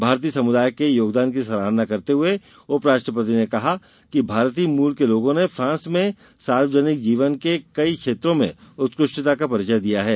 भारतीय समुदाय के योगदान की सराहना करते हुए उपराष्ट्रपति ने कहा कि भारतीय मूल के लोगों ने फांस में सार्वजनिक जीवन के कई क्षेत्रों में उत्कृष्टता का परिचय दिया है